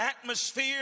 atmosphere